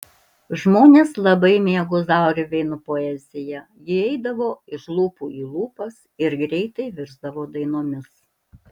žmonės labai mėgo zauerveino poeziją ji eidavo iš lūpų į lūpas ir greitai virsdavo dainomis